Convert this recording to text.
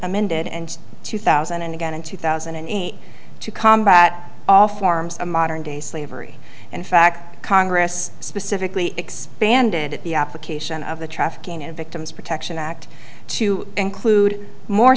amended and two thousand and again in two thousand and eight to combat all forms of modern day slavery in fact congress specifically expanded the application of the trafficking and victims protection act to include more